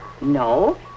No